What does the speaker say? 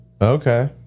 Okay